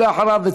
ואחריו,